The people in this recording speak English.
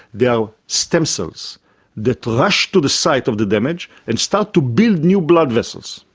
there are stem cells that rush to the site of the damage and start to build new blood vessels.